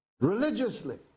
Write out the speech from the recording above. religiously